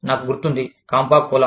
నాకు గుర్తుంది కాంపా కోలా